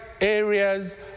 areas